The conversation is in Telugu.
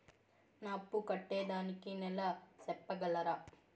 నా అప్పు కట్టేదానికి నెల సెప్పగలరా?